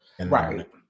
Right